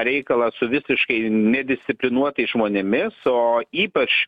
reikalą su visiškai nedisciplinuotais žmonėmis o ypač